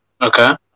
Okay